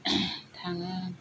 थाङो